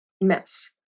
mess